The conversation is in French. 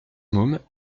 môme